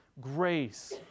grace